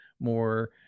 more